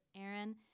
Aaron